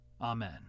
amen